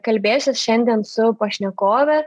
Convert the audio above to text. kalbėsiuos šiandien su pašnekove